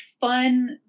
fun